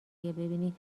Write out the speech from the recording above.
ببینی